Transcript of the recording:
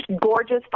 gorgeous